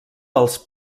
als